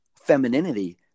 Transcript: Femininity